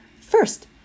First